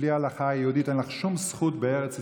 בלי ההלכה היהודית אין לך שום זכות בארץ ישראל,